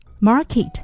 market